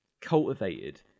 cultivated